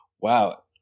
Wow